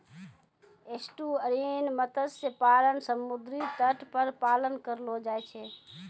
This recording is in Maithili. एस्टुअरिन मत्स्य पालन समुद्री तट पर पालन करलो जाय छै